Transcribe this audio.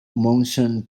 monsoon